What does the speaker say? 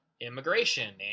immigration